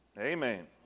Amen